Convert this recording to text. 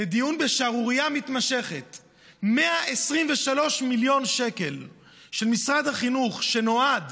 לדיון בשערורייה מתמשכת: 123 מיליון שקל של משרד החינוך שנועדו